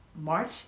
March